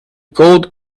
gold